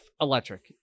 Electric